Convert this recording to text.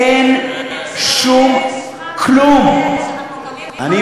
תאמין לי שעוד תהיה שמחה גדולה, תאמין לי.